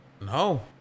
No